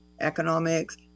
economics